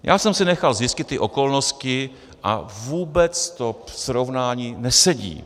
Já jsem si nechal zjistit ty okolnosti a vůbec to srovnání nesedí.